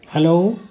hello